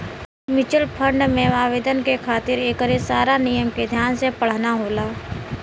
mutual fund में आवेदन करे खातिर एकरे सारा नियम के ध्यान से पढ़ना होला